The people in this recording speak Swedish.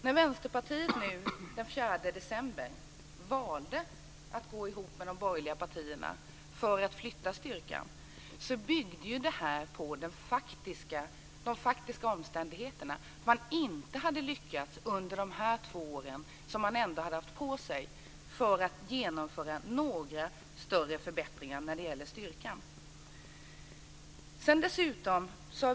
När Vänsterpartiet den 4 december valde att gå ihop med de borgerliga partierna för att flytta styrkan, byggde detta på de faktiska omständigheterna. Man hade inte under de två år man hade haft på sig lyckats genomföra några större förbättringar för styrkan.